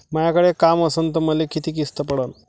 मायाकडे काम असन तर मले किती किस्त पडन?